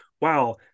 wow